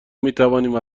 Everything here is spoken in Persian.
میتوانیم